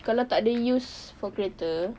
kalau tak ada use for kereta